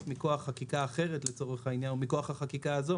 מכוח חקיקה אחרת לצורך העניין או מכוח החקיקה הזאת,